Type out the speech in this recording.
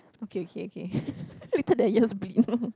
okay okay okay later their ears bleed